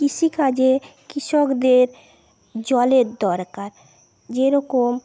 কৃষিকাজে কৃষকদের জলের দরকার যেরকম